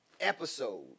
episode